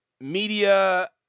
Media